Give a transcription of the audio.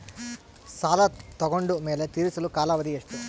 ಸಾಲ ತಗೊಂಡು ಮೇಲೆ ತೇರಿಸಲು ಕಾಲಾವಧಿ ಎಷ್ಟು?